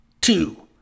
two